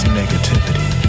negativity